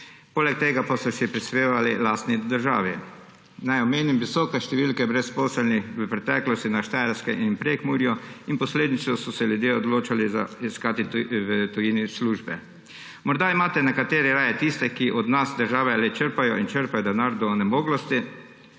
poleg tega pa so še prispevali lastni državi. Naj omenim visoke številke brezposelnih v preteklosti na Štajerskem in v Prekmurju in posledično so se ljudje odločali poiskati v tujini službe. Morda imate nekateri raje tiste, ki od države le črpajo in črpajo denar do onemoglosti,